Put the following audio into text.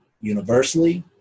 universally